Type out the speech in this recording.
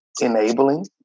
enabling